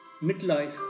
Midlife